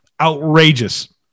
Outrageous